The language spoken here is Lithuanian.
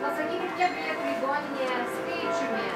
pasakykit kiek kiek ligoninėje skaičiumi